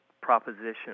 proposition